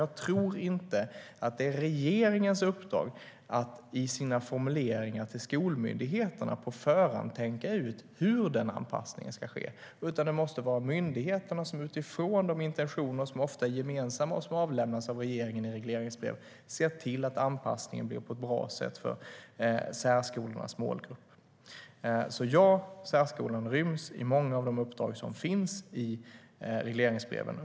Jag tror inte att det är regeringens uppdrag att i sina formuleringar till skolmyndigheterna på förhand tänka ut hur den anpassningen ska ske. Det måste vara myndigheterna som, utifrån de intentioner som ofta är gemensamma och som avlämnas av regeringen i regleringsbrev, ser till att anpassningen blir bra för särskolornas målgrupp. Särskolan ryms alltså inom många av de uppdrag som finns i regleringsbreven.